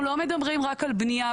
אנחנו לא מדברים רק על בנייה,